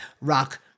rock